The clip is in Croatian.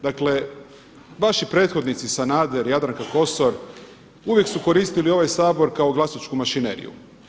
Dakle vaši prethodnici, Sanader, Jadranka Kosor, uvijek su koristili ovaj Sabor kao glasačku mašineriju.